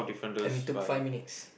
and we took five minutes